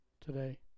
today